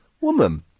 woman